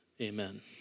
amen